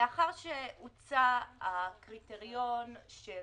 לאחר שהוצע הקריטריון של